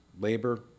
labor